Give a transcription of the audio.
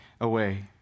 away